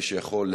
מי שיכול,